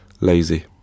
lazy